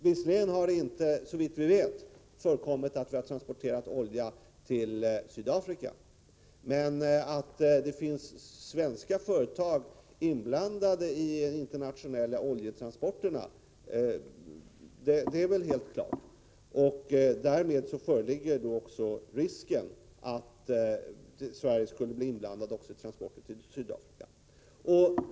Visserligen har inte, såvitt vi vet, några svenska oljetransporter till Sydafrika förekommit men att det finns svenska företag inblandade i internationella oljetransporter är väl helt klart. Därmed föreligger också risk för att Sverige kan bli inblandat i transporter till Sydafrika.